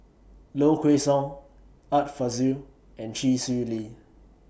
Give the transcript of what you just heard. Low Kway Song Art Fazil and Chee Swee Lee